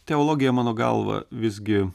teologija mano galva visgi